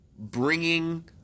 Bringing